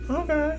okay